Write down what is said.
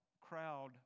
crowd